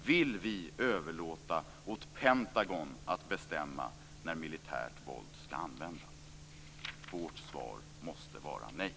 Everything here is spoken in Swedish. Vill vi överlåta åt Pentagon att bestämma när militärt våld skall användas? Vårt svar måste vara nej.